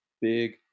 Big